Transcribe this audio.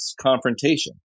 confrontation